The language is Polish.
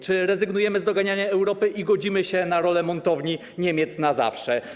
Czy rezygnujemy z doganiania Europy i godzimy się na rolę montowni Niemiec na zawsze?